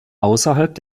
außerhalb